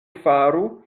faru